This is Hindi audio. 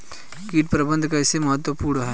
कीट प्रबंधन कैसे महत्वपूर्ण है?